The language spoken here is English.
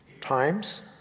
times